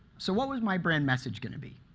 so what was my brand message going to be?